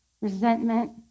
resentment